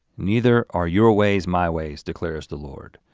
neither are your ways my ways, declares the lord.